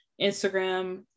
instagram